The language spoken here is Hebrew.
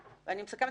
לא הפוליטית.